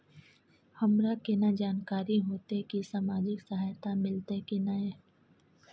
हमरा केना जानकारी होते की सामाजिक सहायता मिलते की नय?